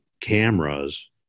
cameras